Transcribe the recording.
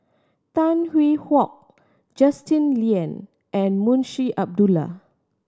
Tan Hwee Hock Justin Lean and Munshi Abdullah